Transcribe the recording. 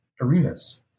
arenas